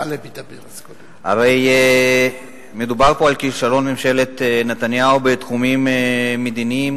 הרי מדובר פה על כישלון ממשלת נתניהו בתחומים מדיניים,